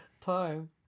time